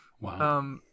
Wow